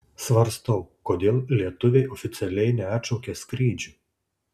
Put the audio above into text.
svarstau kodėl lietuviai oficialiai neatšaukia skrydžių